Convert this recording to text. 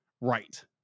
right